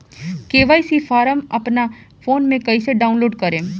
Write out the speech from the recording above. KYC form अपना phone मे कइसे डाऊनलोड करेम?